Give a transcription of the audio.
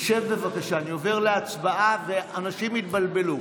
שב, בבקשה, אני עובר להצבעה ואנשים יתבלבלו.